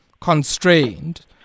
constrained